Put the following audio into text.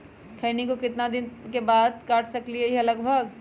खैनी को कितना दिन बाद काट सकलिये है लगभग?